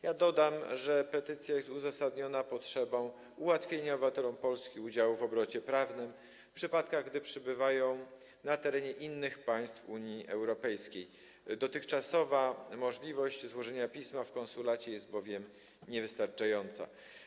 Ja dodam, że petycja jest uzasadniona potrzebą ułatwienia obywatelom Polski udziału w obrocie prawnym, w przypadkach gdy przebywają na terenie innych państw Unii Europejskiej, bowiem dotychczasowa możliwość złożenia pisma w konsulacie jest niewystarczająca.